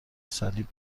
صلیب